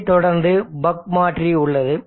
இதைத் தொடர்ந்து பக் மாற்றி உள்ளது